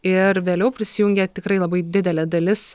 ir vėliau prisijungė tikrai labai didelė dalis